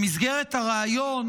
במסגרת הריאיון